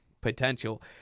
potential